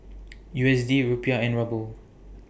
U S D Rupiah and Ruble